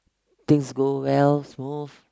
things go well smooth